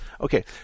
Okay